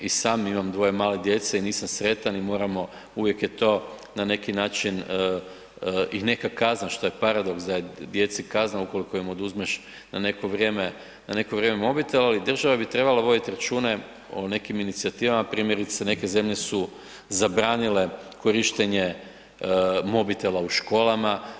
I sam imam dvoje male djece i nisam sretan i moramo, uvijek je to na neki način i neka kazna, što je paradoks, da je djeci kazna, ukoliko im oduzmeš na neko vrijeme mobitel, ali država bi trebala voditi račune o nekim inicijativama, primjerice, neke zemlje su zabranile korištenje mobitela u školama.